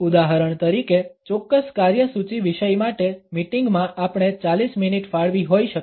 ઉદાહરણ તરીકે ચોક્કસ કાર્યસૂચિ વિષય માટે મીટિંગ માં આપણે 40 મિનિટ ફાળવી હોઈ શકે